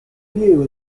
view